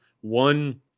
one